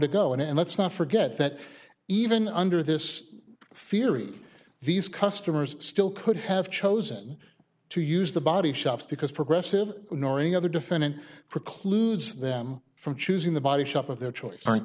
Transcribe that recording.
go and let's not forget that even under this fear of these customers still could have chosen to use the body shop because progressive nor any other defendant precludes them from choosing the body shop of their choice aren't